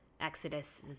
Exodus